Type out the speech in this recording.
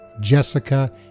Jessica